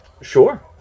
Sure